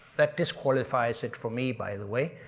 that disqualifies it for me by the way.